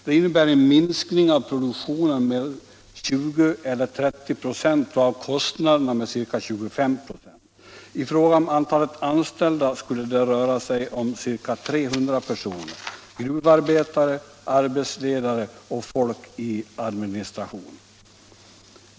Det innebär en minskning av produktionen med 20 eller 30 96 och av kostnaderna med ca 25 26. Minskningen av antalet anställda skulle röra sig om 300 personer — gruvarbetare, arbetsledare och folk i administrationen.